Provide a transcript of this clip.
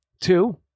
two